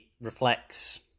reflects